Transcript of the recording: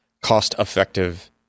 cost-effective